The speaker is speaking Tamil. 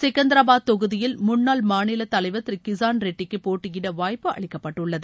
செகந்தராபாத் தொகுதியில் முன்னாள் மாநில தலைவர் திரு கிசான் ரெட்டிக்கு போட்டியிட வாய்ப்பு அளிக்கப்பட்டுள்ளது